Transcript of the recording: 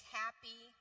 happy